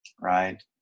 right